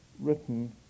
written